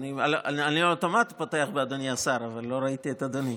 אני על אוטומט פותח באדוני השר אבל לא ראיתי את אדוני.